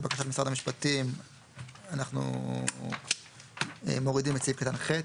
לבקשת משרד המשפטים אנחנו מורידים את סעיף קטן (ח)